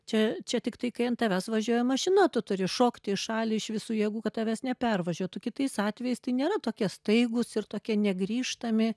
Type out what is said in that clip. čia čia tiktai kai ant tavęs važiuoja mašina tu turi šokti į šalį iš visų jėgų kad tavęs nepervažiuotų kitais atvejais tai nėra tokie staigūs ir tokie negrįžtami